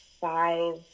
five